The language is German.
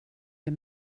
wir